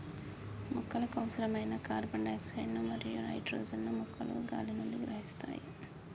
మొక్కలకు అవసరమైన carbon dioxide మరియు నైట్రోజన్ ను మొక్కలు గాలి నుండి గ్రహిస్తాయి